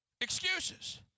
excuses